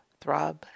throb